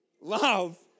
Love